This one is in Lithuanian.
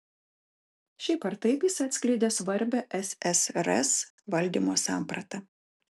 šiaip ar taip jis atskleidė svarbią ssrs valdymo sampratą